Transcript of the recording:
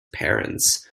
parents